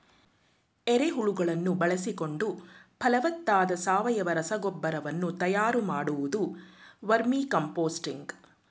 ಎರೆಹುಳುಗಳನ್ನು ಬಳಸಿಕೊಂಡು ಫಲವತ್ತಾದ ಸಾವಯವ ರಸಗೊಬ್ಬರ ವನ್ನು ತಯಾರು ಮಾಡುವುದು ವರ್ಮಿಕಾಂಪೋಸ್ತಿಂಗ್